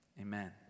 amen